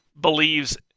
believes